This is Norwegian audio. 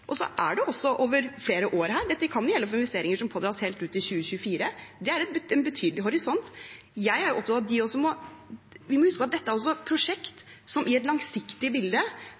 også over flere år. Det kan gjelde for investeringer som pådras helt ut i 2024. Det er en betydelig horisont. Vi må huske at dette er prosjekter som i et langsiktig bilde er lønnsomme. De krever ikke en kjempehøy oljepris for å være lønnsomme. Det må vi også ha med oss i